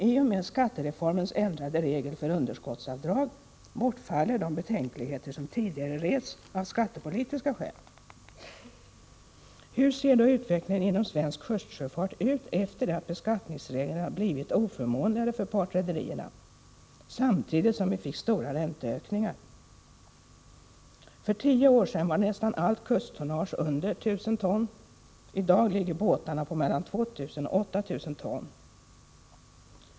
I och med skattereformens ändrade regler för underskottsavdrag bortfaller de betänkligheter som tidigare rests av skattepolitiska skäl. Hur ser då utvecklingen inom svensk kustsjöfart ut efter det att beskattningsreglerna har blivit oförmånligare för partrederierna, samtidigt som vi fått stora ränteökningar? För tio år sedan var nästan allt kusttonnage under 1 000 ton. I dag ligger båtarna på mellan 2 000 och 8 000 ton.